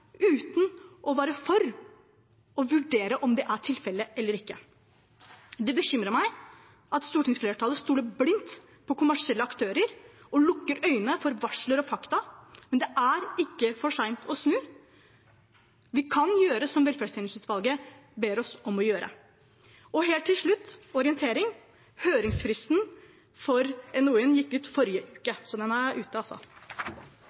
uten å være for å vurdere om det er tilfellet eller ikke. Det bekymrer meg at stortingsflertallet stoler blindt på kommersielle aktører og lukker øynene for varsler og fakta. Men det er ikke for sent å snu, vi kan gjøre som velferdstjenesteutvalget ber oss om å gjøre. Helt til slutt, til orientering: Høringsfristen for NOU-en gikk ut forrige uke, så den er altså